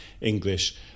English